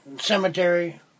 cemetery